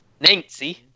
Nancy